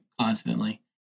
constantly